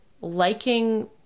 liking